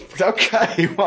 okay